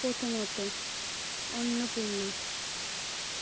প্রথমত অন্নপূর্ণা